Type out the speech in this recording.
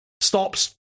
stops